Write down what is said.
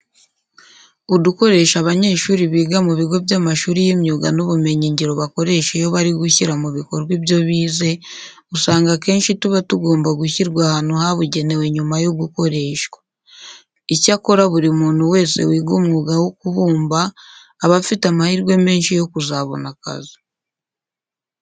Udukoresho abanyeshuri biga mu bigo by'amashuri y'imyuga n'ubumenyingiro bakoresha iyo bari gushyira mu bikorwa ibyo bize, usanga akenshi tuba tugomba gushyirwa ahantu habugenewe nyuma yo gukoreshwa. Icyakora buri muntu wese wiga umwuga wo kubumba aba afite amahirwe menshi yo kuzabona akazi.